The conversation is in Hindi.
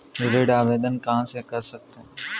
ऋण आवेदन कहां से कर सकते हैं?